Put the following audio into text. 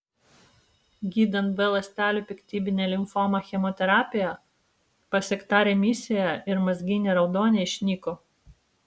gydant b ląstelių piktybinę limfomą chemoterapija pasiekta remisija ir mazginė raudonė išnyko